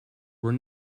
were